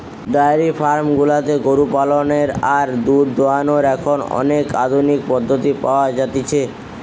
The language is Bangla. ডায়েরি ফার্ম গুলাতে গরু পালনের আর দুধ দোহানোর এখন অনেক আধুনিক পদ্ধতি পাওয়া যতিছে